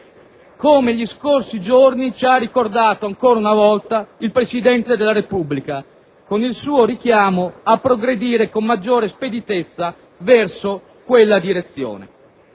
come gli scorsi giorni ci ha ricordato ancora una volta il Presidente della Repubblica con il suo richiamo a progredire con maggiore speditezza in quella direzione.